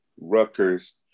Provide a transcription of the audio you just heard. Rutgers